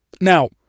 Now